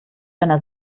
einer